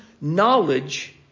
knowledge